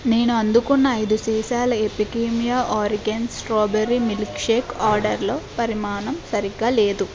నేను అందుకున్న ఐదు సీసాల ఎపిగేమియా ఆరిజిన్స్ స్ట్రాబెరీ మిల్క్షేక్ ఆర్డర్లో పరిమాణం సరిగ్గా లేదు